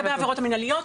לגבי העבירות המנהליות,